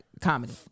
comedy